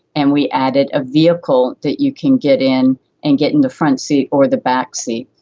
and we added a vehicle that you can get in and get in the front seat or the back seat.